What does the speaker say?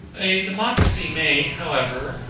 a democracy may, however,